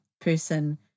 person